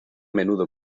menudo